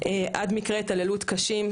עד מקרי התעללות קשים,